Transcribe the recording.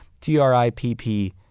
T-R-I-P-P